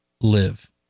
live